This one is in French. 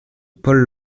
paul